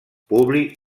publi